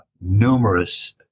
numerous